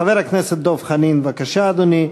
חבר הכנסת דב חנין, בבקשה, אדוני.